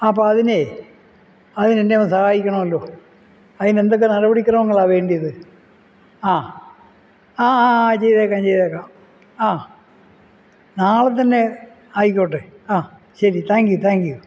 അപ്പം അതിനേ അതിനെന്നെ ഒന്ന് സഹായിക്കണമല്ലോ അതിനെന്തൊക്കെ നടപടി ക്രമങ്ങളാണ് വേണ്ടത് ആ ആ ആ ആ ചെയ്തേക്കാം ചെയ്തേക്കാം ആ നാളെ തന്നെ ആയിക്കോട്ടെ ആ ശരി താങ്ക് യു താങ്ക് യു